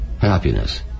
happiness